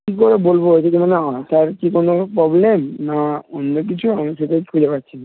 কী করে বলবো যদি মানে আঠার কি কোনো প্রবলেম না অন্য কিছু আমি সেটাই খুঁজে পাচ্ছি না